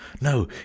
no